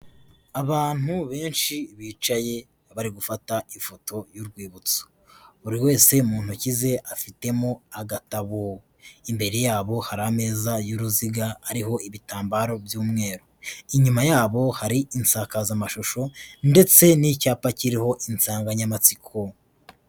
Abantu benshi, bicaye, bari gufata ifoto y'urwibutso, buri wese mu ntoki ze afitemo agatabo, imbere yabo hari ameza y'uruziga ariho ibitambaro by'umweru, inyuma yabo hari insakazamashusho ndetse n'icyapa kiriho insanganyamatsiko.